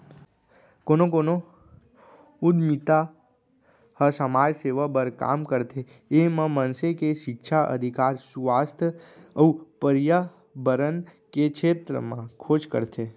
कोनो कोनो उद्यमिता ह समाज सेवा बर काम करथे ए ह मनसे के सिक्छा, अधिकार, सुवास्थ अउ परयाबरन के छेत्र म खोज करथे